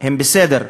הם בסדר.